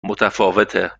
متفاوته